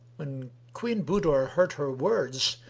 when queen budur heard her words,